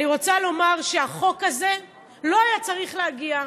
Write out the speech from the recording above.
אני רוצה לומר שהחוק הזה לא היה צריך להגיע,